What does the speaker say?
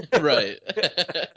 Right